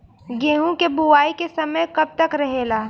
गेहूँ के बुवाई के समय कब तक रहेला?